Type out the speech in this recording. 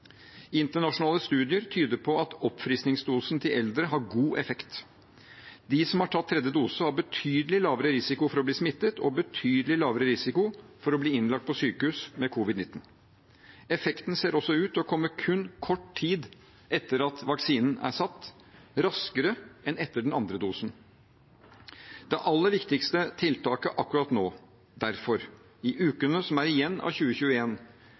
Internasjonale studier tyder på at oppfriskningsdosen til eldre har god effekt. De som har tatt tredje dose, har betydelig lavere risiko for å bli smittet og betydelig lavere risiko for å bli innlagt på sykehus med covid-19. Effekten ser også ut til å komme kun kort tid etter at vaksinen er satt, raskere enn etter den andre dosen. Det aller viktigste tiltaket akkurat nå, i ukene som er igjen av